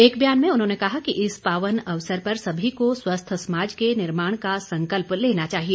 एक बयान में उन्होंने कहा कि इस पावन अवसर पर सभी को स्वस्थ समाज के निर्माण का संकल्प लेना चाहिए